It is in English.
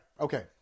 Okay